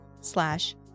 slash